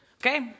Okay